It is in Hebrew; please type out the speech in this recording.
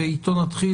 ואיתו נתחיל,